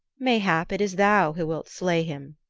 mayhap it is thou who wilt slay him.